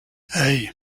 hey